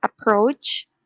approach